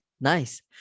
Nice